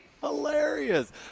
hilarious